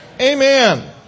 Amen